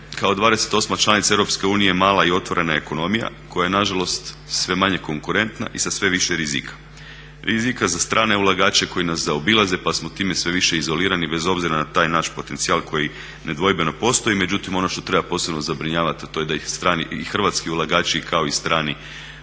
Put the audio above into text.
kao 28 članica Europske unije mala i otvorena ekonomija koja na žalost sve manje konkurentna i sa sve više rizika, rizika za strane ulagače koji nas zaobilaze, pa smo time sve više izolirani bez obzira na taj naš potencijal koji nedvojbeno postoji. Međutim, ono što treba posebno zabrinjavati, a to je da ih strani i hrvatski ulagači kao i strani